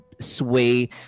sway